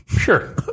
Sure